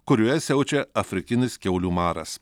kurioje siaučia afrikinis kiaulių maras